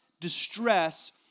distress